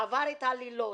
ועבר התעללות,